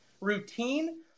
routine